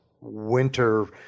winter